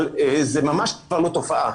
אבל זאת ממש כבר לא תופעה.